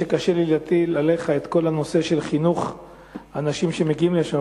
קשה להטיל עליך את כל הנושא של חינוך האנשים שמגיעים לשם,